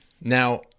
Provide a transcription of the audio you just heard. Now